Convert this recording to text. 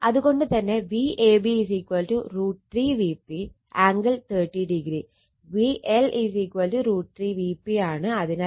അത് കൊണ്ട് തന്നെ Vab √ 3 Vp ആംഗിൾ 30o